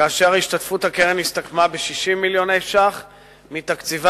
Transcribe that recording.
כאשר השתתפות הקרן הסתכמה ב-60 מיליון ש"ח מתקציבה,